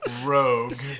Rogue